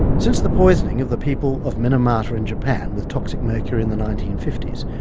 since the poisoning of the people of minamata in japan with toxic mercury in the nineteen fifty s,